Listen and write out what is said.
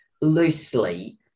loosely